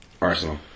Arsenal